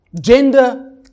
gender